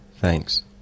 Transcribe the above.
thanks